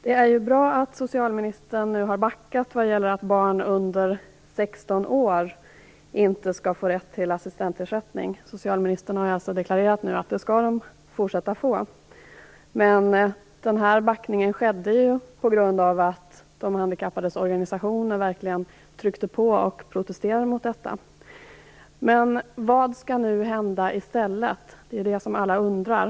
Det är bra att socialministern nu har backat vad gäller att barn under 16 år inte skall få rätt till assistansersättning. Socialministern har nu deklarerat att de kommer att fortsätta att få det. Men backningen skedde på grund av de handikappades organisationer verkligen tryckte på och protesterade mot detta. Vad skall nu hända i stället? Det är vad alla undrar.